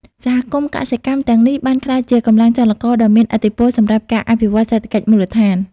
សហគមន៍កសិកម្មទាំងនេះបានក្លាយជាកម្លាំងចលករដ៏មានឥទ្ធិពលសម្រាប់ការអភិវឌ្ឍសេដ្ឋកិច្ចមូលដ្ឋាន។